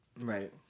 right